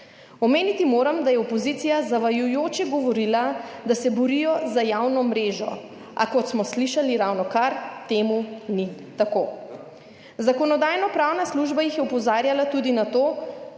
Omeniti moram, da je opozicija zavajajoče govorila, da se borijo za javno mrežo, a kot smo slišali ravnokar, temu ni tako. Zakonodajno-pravna služba jih je opozarjala tudi na to,